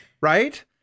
Right